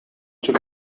took